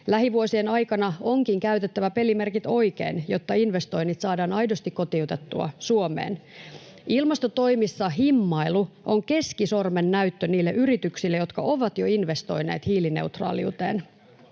Lähivuosien aikana onkin käytettävä pelimerkit oikein, jotta investoinnit saadaan aidosti kotiutettua Suomeen. Ilmastotoimissa himmailu on keskisormen näyttö niille yrityksille, jotka ovat jo investoineet hiilineutraaliuteen.